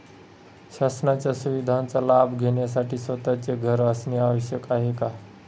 शासनाच्या सुविधांचा लाभ घेण्यासाठी स्वतःचे घर असणे आवश्यक आहे का?